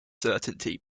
certainty